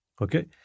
Okay